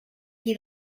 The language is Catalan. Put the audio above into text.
qui